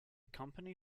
company